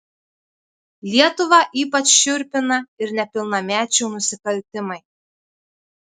lietuvą ypač šiurpina ir nepilnamečių nusikaltimai